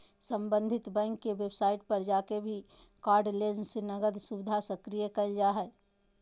सम्बंधित बैंक के वेबसाइट पर जाके भी कार्डलेस नकद सुविधा सक्रिय करल जा हय